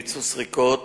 ביצעו סריקות,